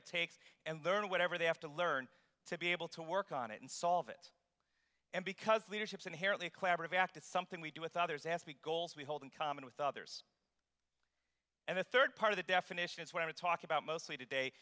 it takes and learn whatever they have to learn to be able to work on it and solve it and because leadership inherently clabber of act is something we do with others and speak goals we hold in common with others and the third part of the definition is when we talk about mostly today